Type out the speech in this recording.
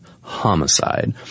homicide